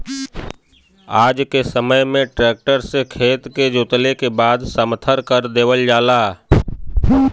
आज के समय में ट्रक्टर से खेत के जोतले के बाद समथर कर देवल जाला